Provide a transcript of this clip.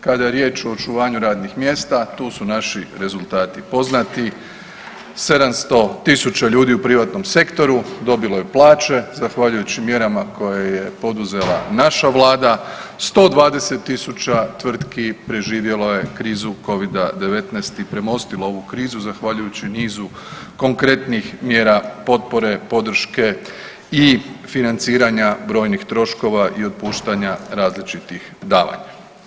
Kada je riječ o očuvanju radnih mjesta tu su naši rezultati poznati 700.000 ljudi u privatnom sektoru dobilo je plaće zahvaljujući mjerama koje je poduzela naša Vlada, 120.000 tvrtki preživjelu je krizu covida-19 i premostilo ovu krizu zahvaljujući nizu konkretnih mjera potpore podrške i financiranja brojnih troškova i otpuštanja različitih davanja.